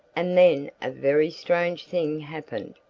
and then a very strange thing happened.